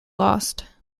lost